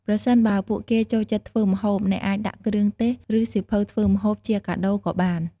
ប្រសិនបើពួកគេចូលចិត្តធ្វើម្ហូប អ្នកអាចដាក់គ្រឿងទេស ឬសៀវភៅធ្វើម្ហូប ជាកាដូក៏បាន។